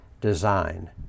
design